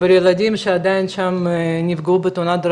ולילדים שעדיין שם, שנפגעו בתאונה,